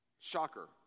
Shocker